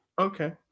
Okay